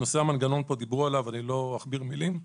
המנגנון, דיברנו פה, לא אכביר מילים.